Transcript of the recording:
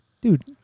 Dude